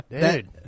dude